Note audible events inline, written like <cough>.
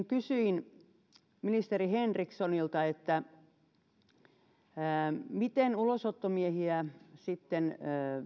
<unintelligible> kysyin ministeri henrikssonilta miten ulosottomiehiä sitten